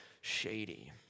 Shady